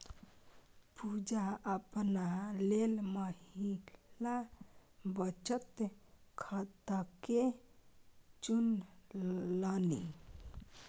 पुजा अपना लेल महिला बचत खाताकेँ चुनलनि